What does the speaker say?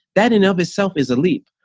that in of itself is a leap.